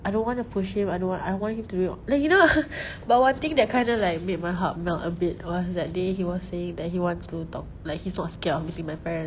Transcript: I don't want to push him I don't want I want you to d~ like you know but one thing that kinda made my heart melt a bit was that day he was saying that he wants to talk like he's not scared of meeting my parents